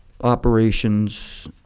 operations